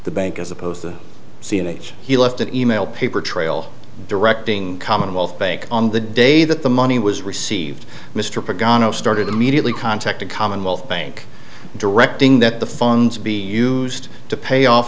the bank as opposed to see in age he left an e mail paper trail directing commonwealth bank on the day that the money was received mr pitt gano started immediately contacted commonwealth bank directing that the funds be used to pay off